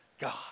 God